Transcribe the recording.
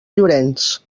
llorenç